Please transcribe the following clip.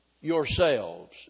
yourselves